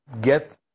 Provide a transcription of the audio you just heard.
get